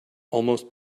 almost